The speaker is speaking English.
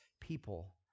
people